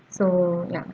so ya